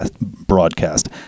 broadcast